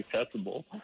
accessible